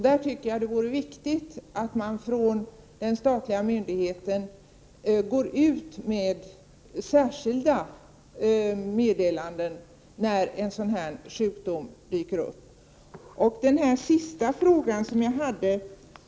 Det vore bra om att den statliga myndigheten gick ut med särskilda meddelanden dit när en sådan här sjukdom dyker upp. Sedan vill jag återkomma till den sista frågan som jag hade.